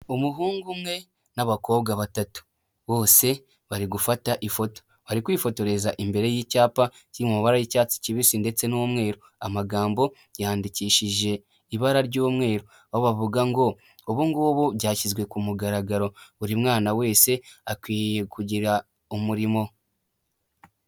Umuhungu umwe n'abakobwa batatu, bose bari gufata ifoto, bari kwifotoreza imbere y'icyapa kiri mu mabara y'icyatsi kibisi ndetse n'umweru, amagambo yandikishije ibara ry'umweru, aho bavuga ngo; ubu ngubu byashyizwe ku mugaragaro, buri mwana wese akwiye kugira umurimo.